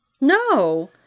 No